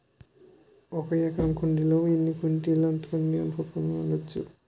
ఒక ఎకర కందిలో ఎన్ని క్వింటాల కంది పప్పును వాడచ్చు?